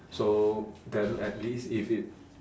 so then at least if it